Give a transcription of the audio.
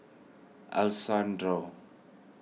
Alessandro